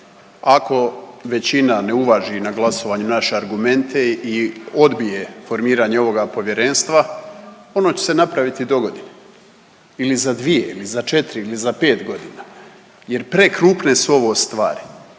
Ako većina ne uvaži na glasovanju naše argumente i odbije formiranje ovoga povjerenstva, ono će se napraviti dogodine ili za 2 ili za 4 ili za 5.g. jer prekrupne su ovo stvari.